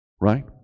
right